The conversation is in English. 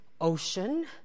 ocean